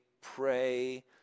pray